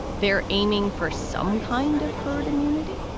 they're aiming for some kind of herd immunity?